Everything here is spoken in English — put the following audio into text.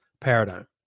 paradigm